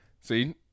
See